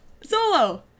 Solo